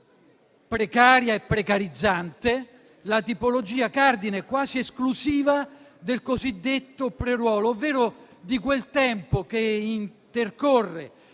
precaria e precarizzante, la tipologia cardine quasi esclusiva del cosiddetto pre-ruolo, ovvero di quel tempo che intercorre